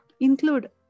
include